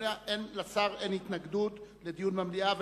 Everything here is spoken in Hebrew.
לשר אין התנגדות לדיון במליאה.